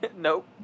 Nope